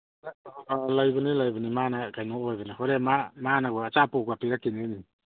ꯂꯩꯕꯅꯤ ꯂꯩꯕꯅꯤ ꯃꯥꯅ ꯀꯩꯅꯣ ꯑꯣꯏꯕꯅꯤ ꯍꯣꯔꯦꯟ ꯃꯥ ꯃꯥꯅꯒ ꯑꯆꯥꯄꯣꯠꯀ ꯄꯤꯔꯛꯈꯤꯗꯣꯏꯅꯤ